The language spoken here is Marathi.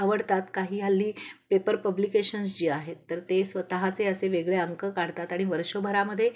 आवडतात काही हल्ली पेपर पब्लिकेशन्स जे आहेत तर ते स्वतःचे असे वेगळे अंक काढतात आणि वर्षभरामध्ये